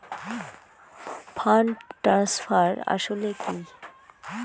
Fund transfer আসলে কী?